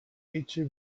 هیچی